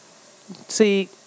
see